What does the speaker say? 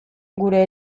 gure